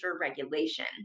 regulation